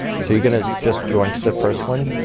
so you're gonna just join to the first one,